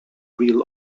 real